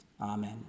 amen